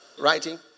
writing